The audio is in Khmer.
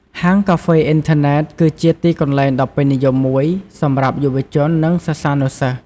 ហាងកាហ្វេអ៊ីនធឺណិត គឺជាទីកន្លែងដ៏ពេញនិយមមួយសម្រាប់យុវជន និងសិស្សានុសិស្ស ។